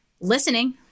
listening